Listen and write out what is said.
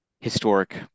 historic